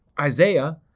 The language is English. Isaiah